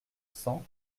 cents